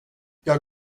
jag